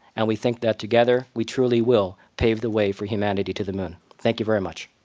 and we think that together we truly will pave the way for humanity to the moon. thank you very much.